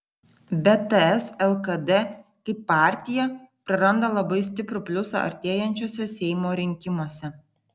bet ts lkd kaip partija praranda labai stiprų pliusą artėjančiuose seimo rinkimuose